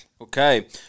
Okay